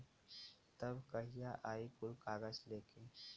तब कहिया आई कुल कागज़ लेके?